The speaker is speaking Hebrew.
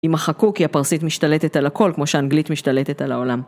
יימחקו כי הפרסית משתלטת על הכל כמו שהאנגלית משתלטת על העולם.